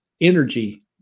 energy